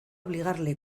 obligarle